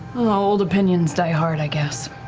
old opinions die hard, i guess.